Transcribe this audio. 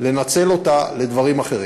לנצל אותה לדברים אחרים.